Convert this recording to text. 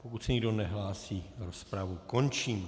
Pokud se nikdo nehlásí, rozpravu končím.